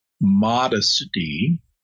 modesty